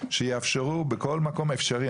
שיאפשרו בכל מקום אפשרי,